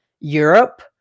Europe